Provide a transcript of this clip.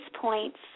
points